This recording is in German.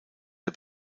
der